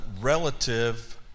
relative